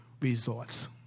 results